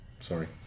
sorry